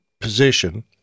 position